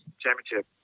championship